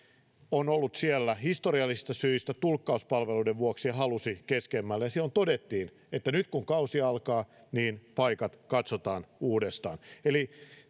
ollut siellä historiallisista syistä tulkkauspalveluiden vuoksi halusi keskemmälle ja silloin todettiin että nyt kun kausi alkaa niin paikat katsotaan uudestaan eli